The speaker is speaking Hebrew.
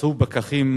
חברי הכנסת,